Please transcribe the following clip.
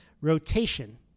rotation